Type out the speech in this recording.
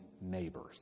neighbors